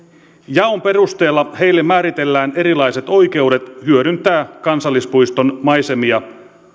jaon perusteella heille määritellään erilaiset oikeudet hyödyntää kansallispuiston maisemia